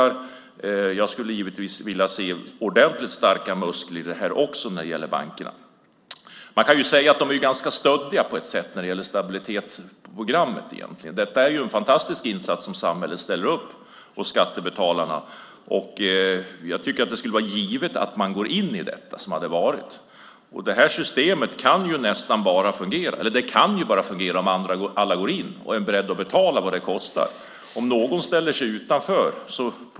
Jag skulle givetvis vilja se ordentligt starka muskler när det gäller bankerna. Man kan säga att de på sätt och vis är ganska stöddiga i fråga om stabilitetsprogrammet. Det är en fantastisk insats som samhället och skattebetalarna ställer upp med. Jag tycker att det skulle vara givet att man går in i det. Det här systemet kan fungera bara om alla går in och är beredda att betala vad det kostar och ingen ställer sig utanför.